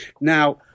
Now